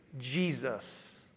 Jesus